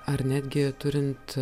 ar netgi turint